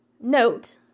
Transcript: Note